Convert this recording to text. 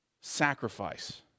sacrifice